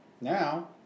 Now